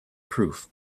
proof